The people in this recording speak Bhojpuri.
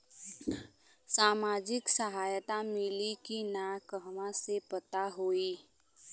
सामाजिक सहायता मिली कि ना कहवा से पता होयी?